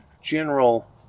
general